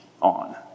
on